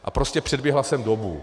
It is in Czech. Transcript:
A prostě předběhla jsem dobu.